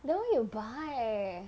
then why you buy